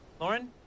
Lauren